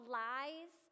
lies